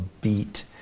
beat